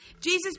Jesus